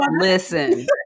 Listen